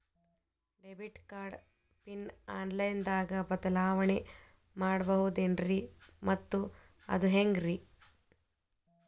Debit card pin online ದಾಗ ಬದಲಾವಣೆ ಮಾಡಬಹುದೇನ್ರಿ ಮತ್ತು ಅದು ಹೆಂಗ್ರಿ?